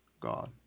God